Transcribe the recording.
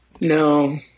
No